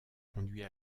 conduit